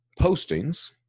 postings